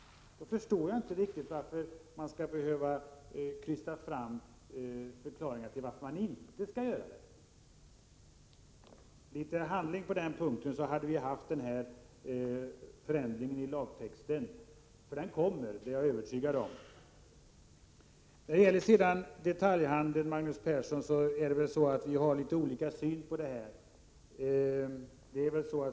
Då förstår jag inte riktigt varför det skall behövas krystade förklaringar till varför man inte skall göra det. Med litet mer handling hade vi haft den förändringen i lagtexten. Den kommer, det är jag övertygad om. När det gäller detaljhandeln har vi väl litet olika syn, Magnus Persson.